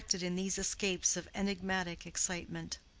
reacted in these escapes of enigmatic excitement.